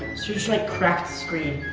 search like cracked screen.